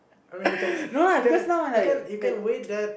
I mean you can you can you can you can wait that